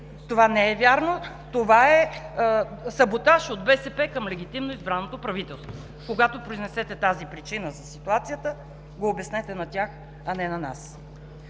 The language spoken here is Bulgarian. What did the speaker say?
това не е вярно, това е саботаж от БСП към легитимно избраното правителство. Когато произнесете тази причина за ситуацията, го обяснете на тях, а не на нас.